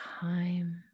time